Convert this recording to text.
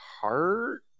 heart